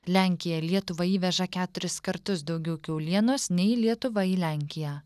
lenkija lietuvą įveža keturis kartus daugiau kiaulienos nei lietuva į lenkiją